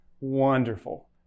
wonderful